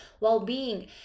well-being